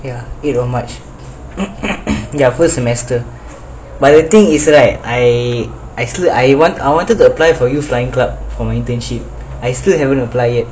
ya eight of march full semester but the thing is right I I want I wanted to apply for youth flying club for my internship I still haven't apply yet